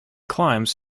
climbs